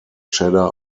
cheddar